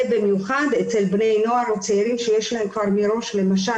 זה במיוחד אצל בני נוער או צעירים שיש להם כבר מראש למשל